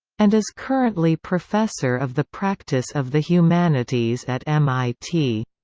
and is currently professor of the practice of the humanities at mit.